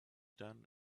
done